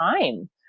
time